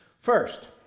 First